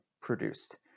produced